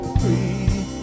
free